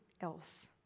else